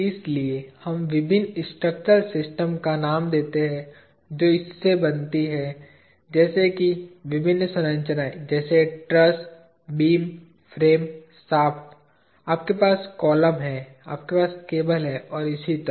इसलिए हम विभिन्न स्ट्रक्चरल सिस्टम्स का नाम देते हैं जो इससे बनती हैं जैसे कि विभिन्न संरचनाएं जैसे ट्रस बीम फ्रेम शाफ्ट आपके पास कॉलम हैं आपके पास केबल हैं और इसी तरह